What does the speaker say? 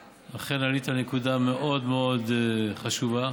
בר-לב, אכן עלית על נקודה מאוד מאוד חשובה.